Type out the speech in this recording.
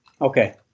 Okay